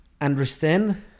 understand